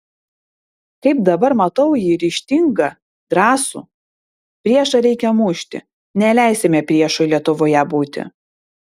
kaip dabar matau jį ryžtingą drąsų priešą reikia mušti neleisime priešui lietuvoje būti